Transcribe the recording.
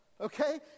Okay